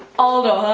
aldo,